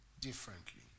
differently